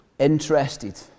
interested